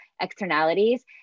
externalities